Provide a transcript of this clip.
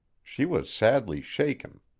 she was sadly shaken.